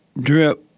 drip